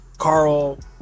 carl